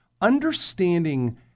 understanding